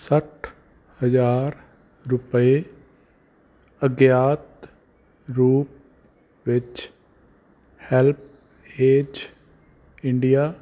ਸੱਠ ਹਜ਼ਾਰ ਰੁਪਏ ਅਗਿਆਤ ਰੂਪ ਵਿੱਚ ਹੈਲਪ ਪੇਜ ਇੰਡੀਆ